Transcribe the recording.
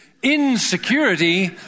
Insecurity